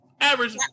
Average